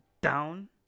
down